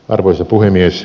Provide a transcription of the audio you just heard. arvoisa puhemies